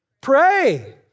Pray